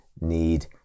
need